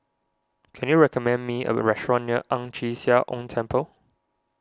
can you recommend me a restaurant near Ang Chee Sia Ong Temple